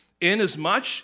Inasmuch